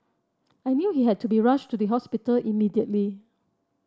I knew he had to be rushed to the hospital immediately